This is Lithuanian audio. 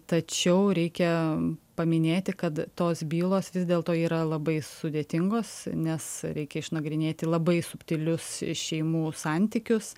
tačiau reikia paminėti kad tos bylos vis dėlto yra labai sudėtingos nes reikia išnagrinėti labai subtilius šeimų santykius